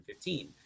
2015